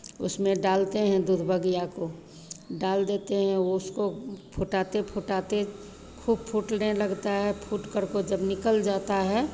उसमें डालते हैं दूध बगिया को डाल देते हैं उसको फुटाते फुटाते खूब फूटने लगता है फूटकर को जब निकल जाता है